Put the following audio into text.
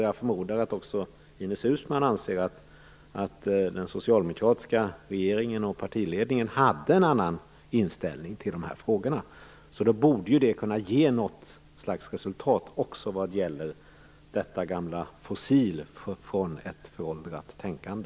Jag förmodar att också Ines Uusmann anser att den socialdemokratiska regeringen och partiledningen hade en annan inställning till dessa frågor då. Det borde kunna ge något slags resultat också vad gäller detta gamla fossil från ett föråldrat tänkande.